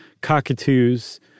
cockatoos